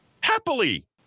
happily